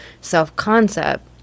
self-concept